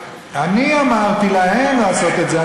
מי אמר לך לעשות את זה?